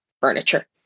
furniture